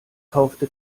kaufte